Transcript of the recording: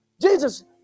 Jesus